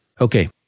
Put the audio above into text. okay